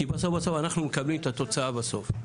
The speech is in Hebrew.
כי בסוף בסוף אנחנו מקבלים את התוצאה בסוף,